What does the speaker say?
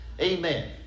Amen